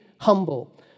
humble